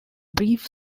brief